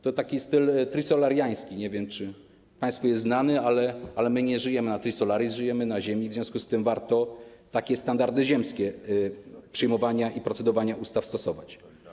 To taki styl trisolariański - nie wiem, czy państwu jest znany - ale my nie żyjemy na Trisolaris, żyjemy na Ziemi, w związku z czym warto takie standardy ziemskie przyjmowania i procedowania ustaw stosować.